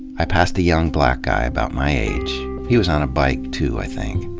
i passed a young black guy, about my age. he was on a bike, too, i think.